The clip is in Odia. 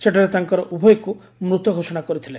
ସେଠାରେ ଡାକ୍ତର ଉଭୟଙ୍କୁ ମୃତ ଘୋଷଣା କରିଥିଲେ